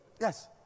Yes